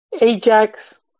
Ajax